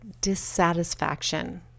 dissatisfaction